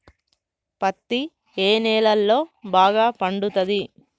పత్తి ఏ నేలల్లో బాగా పండుతది?